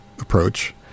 approach